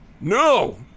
no